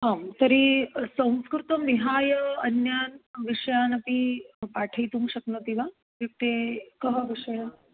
आं तर्हि संस्कृतं विहाय अन्यान् विष्यानपि पाठयितुं शक्नोति वा इत्युक्ते कः विषयः